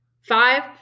Five